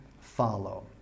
follow